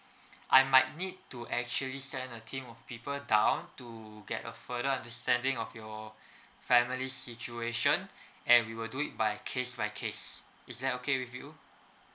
I might need to actually send a team of people down to get a further understanding of your family situation and we will do it by case by case is that okay with you